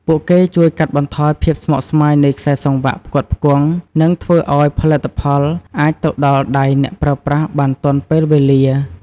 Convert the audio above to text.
ពួកគេជួយកាត់បន្ថយភាពស្មុគស្មាញនៃខ្សែសង្វាក់ផ្គត់ផ្គង់ និងធ្វើឱ្យផលិតផលអាចទៅដល់ដៃអ្នកប្រើប្រាស់បានទាន់ពេលវេលា។